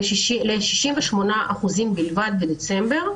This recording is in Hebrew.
ל-68% בלבד בדצמבר.